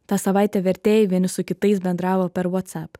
tą savaitę vertėjai vieni su kitais bendravo per votsap